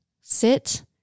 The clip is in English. sit